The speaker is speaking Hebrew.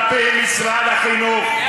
על-פי משרד החינוך,